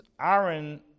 Aaron